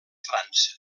frança